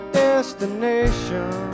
destination